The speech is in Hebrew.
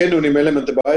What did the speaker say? קניונים אין להם את הבעיה.